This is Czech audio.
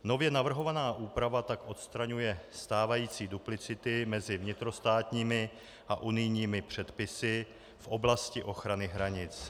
Nově navrhovaná úprava tak odstraňuje stávající duplicity mezi vnitrostátními a unijními předpisy v oblasti ochrany hranic.